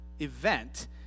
event